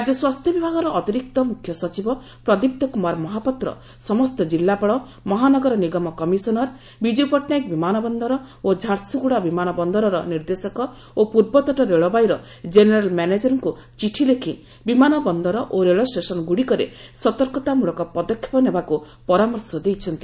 ରାଜ୍ୟ ସ୍ୱାସ୍ଥ୍ୟ ବିଭାଗର ଅତିରିକ୍ତ ମୁଖ୍ୟ ସଚିବ ପ୍ରଦୀପ୍ତ କୁମାର ମହାପାତ୍ର ସମସ୍ତ ଜିଲ୍ଲାପାଳ ମହାନଗର ନିଗମ କମିଶନର ବିଜୁ ପଟ୍ଟନାୟକ ବିମାନବନ୍ଦର ଓ ଝାରସୁଗୁଡ଼ା ବିମାନ ବନରର ନିର୍ଦ୍ଦେଶକ ଓ ପୂର୍ବତଟ ରେଳବାଇର ଜେନେରାଲ୍ ମ୍ୟାନେଜରଙ୍କୁ ଚିଠି ଲେଖି ବିମାନ ବନ୍ଦର ଓ ରେଳ ଷ୍ଟେସନ୍ ଗୁଡ଼ିକରେ ସତର୍କତା ମୂଳକ ପଦକ୍ଷେପ ନେବାକୁ ପରାମର୍ଶ ଦେଇଛନ୍ତି